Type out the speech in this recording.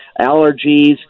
allergies